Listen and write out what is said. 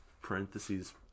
parentheses